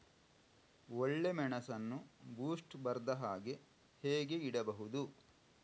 ಒಳ್ಳೆಮೆಣಸನ್ನು ಬೂಸ್ಟ್ ಬರ್ದಹಾಗೆ ಹೇಗೆ ಇಡಬಹುದು?